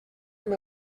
amb